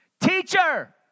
teacher